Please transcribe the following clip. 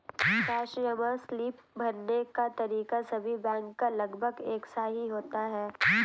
cash जमा slip भरने का तरीका सभी बैंक का लगभग एक सा ही होता है